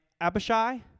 Abishai